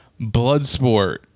Bloodsport